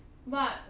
!huh!